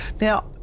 Now